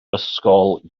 ysgol